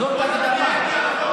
אז בוא תצביע איתי על החוק